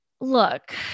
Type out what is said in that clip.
look